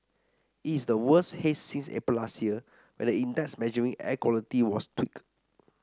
it is the worst haze since April last year when the index measuring air quality was tweaked